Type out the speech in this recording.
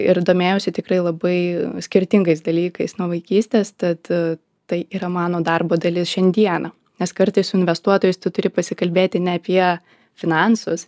ir domėjausi tikrai labai skirtingais dalykais nuo vaikystės tad tai yra mano darbo dalis šiandieną nes kartais su investuotojais tu turi pasikalbėti ne apie finansus